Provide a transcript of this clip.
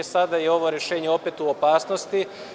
Sada je ovo rešenje opet u opasnosti.